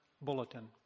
bulletin